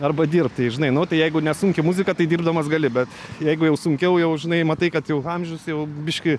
arba dirbt tai žinai nu tai jeigu nesunki muzika tai dirbdamas gali bet jeigu jau sunkiau jau žinai matai kad jau amžius jau biškį